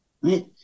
right